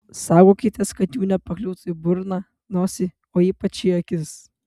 saugokitės kad jų nepakliūtų į burną nosį o ypač į akis